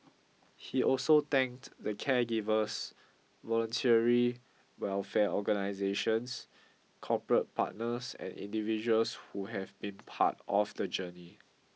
he also thanked the caregivers voluntary welfare organisations corporate partners and individuals who have been part of the journey